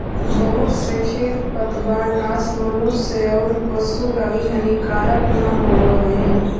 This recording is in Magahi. बहुत से खेर पतवारनाश मनुष्य औउर पशु लगी हानिकारक न होवऽ हई